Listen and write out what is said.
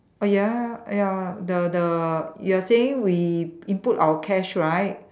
ya ya the the you are saying we input our cash right